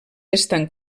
estan